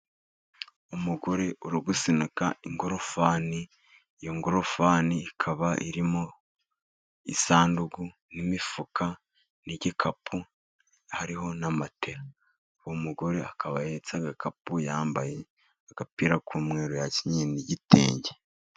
Umugore uri gusunika ingorofani . Iyo ngorofani ikaba irimo isanduku n'imifuka n'igikapu , hariho na matera . Uwo mugore akaba ahetse agakapu yambaye agapira k'umweru yakenyeye n'igitenge.